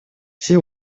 все